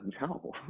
No